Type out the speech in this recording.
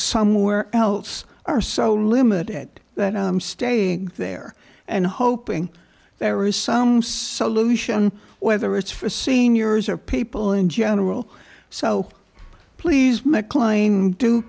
somewhere else are so limited that i'm staying there and hoping there is some solution whether it's for seniors or people in general so please mclean do